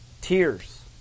Tears